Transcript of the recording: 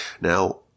Now